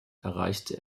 erreichte